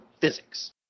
physics